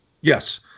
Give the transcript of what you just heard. Yes